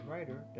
Writer